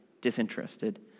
disinterested